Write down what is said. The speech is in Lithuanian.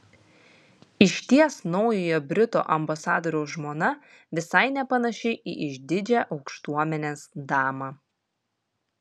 išties naujojo britų ambasadoriaus žmona visai nepanaši į išdidžią aukštuomenės damą